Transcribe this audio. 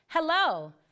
Hello